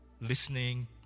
listening